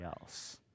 else